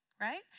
right